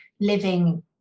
living